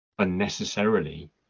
unnecessarily